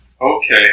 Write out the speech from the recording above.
okay